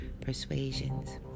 persuasions